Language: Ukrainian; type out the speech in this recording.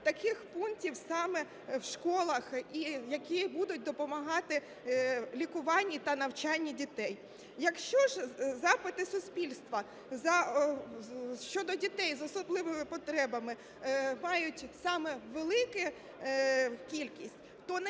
таких пунктів саме в школах, які будуть допомагати в лікуванні та навчанні дітей. Якщо запити суспільства щодо дітей з особливими потребами мають саме велику кількість,